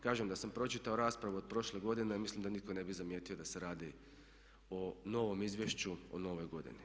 Kažem, da sam pročitao raspravu od prošle godine ja mislim da nitko ne bi zamijetio da se radi o novom izvješću, o novoj godini.